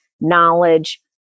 knowledge